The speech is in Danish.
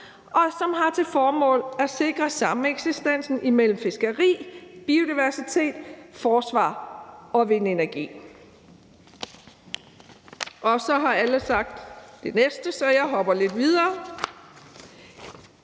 og som har til formål at sikre sameksistensen mellem fiskeri, biodiversitet, forsvar og vindenergi. Så har alle sagt det næste, så jeg hopper lidt videre: